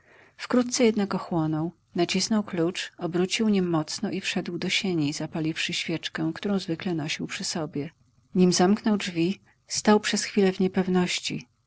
wkrótce jednak ochłonął nacisnął klucz obrócił nim mocno i wszedł do sieni zapaliwszy świeczkę którą zwykle nosił przy sobie nim zamknął drzwi stał przez chwilę w niepewności